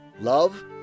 love